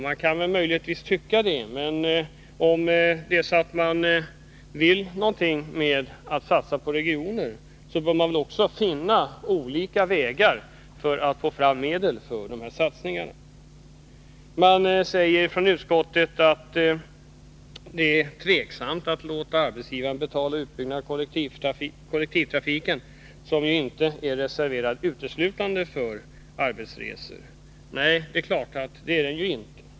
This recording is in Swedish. Man kan kanske tycka det, men om man menar någonting med att man vill satsa på regioner bör man försöka finna olika vägar för att få fram medel för satsningarna. Utskottet säger vidare att det måste anses tvivelaktigt att låta arbetsgivarna betala utbyggnaden av kollektivtrafiken, som ju inte är reserverad uteslutande för arbetsresor. Nej, det är den inte.